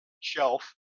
shelf